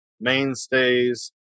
mainstays